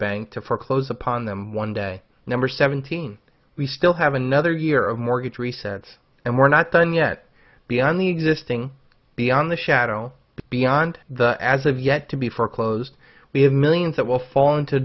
bank to foreclose upon them one day number seventeen we still have another year of mortgage resets and we're not done yet beyond the existing beyond the shadow beyond the as of yet to be foreclosed we have millions that will fall into